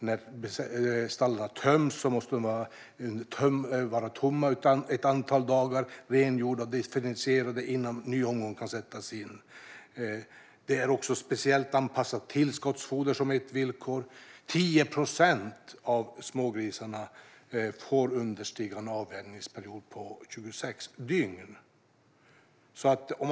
När stall tömts måste de vara tomma ett antal dagar och vara rengjorda och desinficerade innan en ny omgång kan sättas in. Det behövs speciellt anpassat tillskottsfoder. Högst 10 procent av smågrisarna får ha en avvänjningsperiod som understiger 26 dygn.